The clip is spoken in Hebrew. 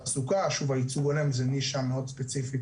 שוב הייצוג הולם זו נישה מאוד ספציפית